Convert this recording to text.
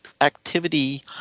activity